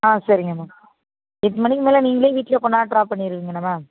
ஆ சரிங்க மேம் எட்டு மணிக்கு மேலே நீங்களே வீட்டில் கொண்டாந்து ட்ராப் பண்ணியிருவீங்கல்ல மேம்